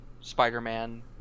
Spider-Man